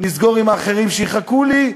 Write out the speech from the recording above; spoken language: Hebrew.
נסגור עם האחרים שיחכו לי,